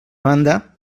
banda